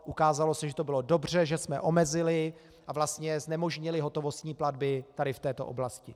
Ukázalo se, že to bylo dobře, že jsme omezili a vlastně znemožnili hotovostní platby v této oblasti.